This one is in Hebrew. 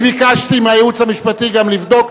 ביקשתי מהייעוץ המשפטי גם לבדוק,